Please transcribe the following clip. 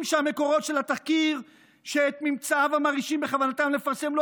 שהמקורות של התחקיר שאת ממצאיו המרעישים בכוונתם לפרסם לא